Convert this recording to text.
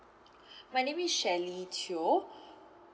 my name is shirley teo